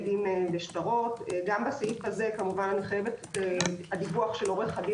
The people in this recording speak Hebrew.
אני לא מתכוונת לעזור לו בחוק.